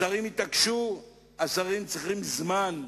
השרים יתעקשו, השרים צריכים זמן.